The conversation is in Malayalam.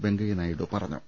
വെങ്കയ്യ നായിഡു പറഞ്ഞു